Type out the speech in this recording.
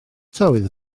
tywydd